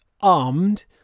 armed